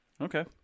Okay